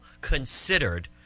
considered